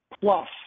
plus